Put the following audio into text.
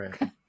Right